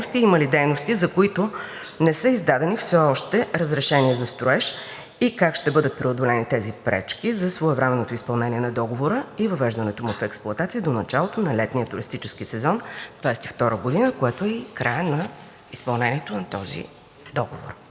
има ли дейности, за които не са издадени все още разрешения за строеж и как ще бъдат преодолени тези пречки за своевременното изпълнение на договора и въвеждането му в експлоатация до началото на летния туристически сезон 2022 г., което е и краят на изпълнението на този договор?